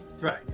right